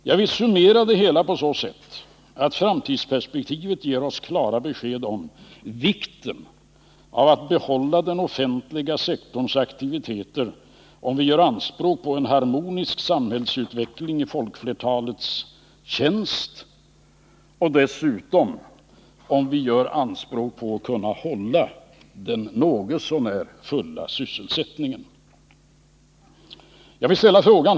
Jag vill summera det hela så här: Framtidsperspektivet ger oss klart besked om vikten av att behålla den offentliga sektorns aktiviteter, om vi gör anspråk på en harmonisk samhällsutveckling i folkflertalets tjänst och dessutom om vi gör anspråk på att kunna klara den något så när fulla sysselsättningen. Herr talman!